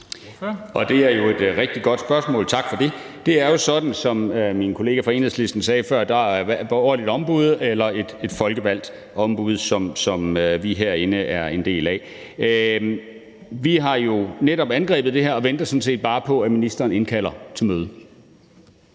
Det er jo et rigtig godt spørgsmål. Tak for det. Det er jo sådan, som min kollega fra Enhedslisten sagde før, at der er borgerligt ombud eller et folkevalgt ombud, som vi herinde er en del af. Vi har jo netop angrebet det her og venter sådan set bare på, at ministeren indkalder til møde.